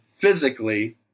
physically